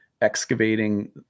excavating